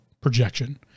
projection